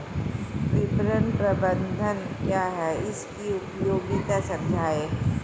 विपणन प्रबंधन क्या है इसकी उपयोगिता समझाइए?